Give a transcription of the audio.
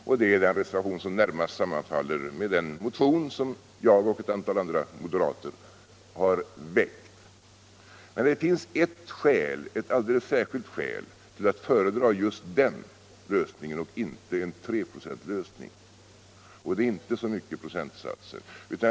Det är också den reservation som närmast sammanfaller med den motion som jag och ett antal andra moderater har väckt. Men det finns ett alldeles särskilt skäl för att föredra just den lösningen och inte den som innebär 3,0 viktprocent, och det har inte så mycket med procentsatsen att göra.